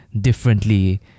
differently